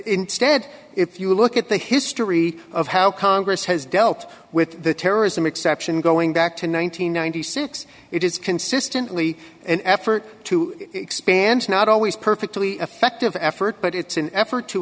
instead if you look at the history of how congress has dealt with the terrorism exception going back to one thousand nine hundred and ninety six it is consistently an effort to expand not always perfectly effective effort but it's an effort to